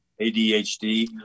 ADHD